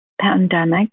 pandemic